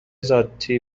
ذاتی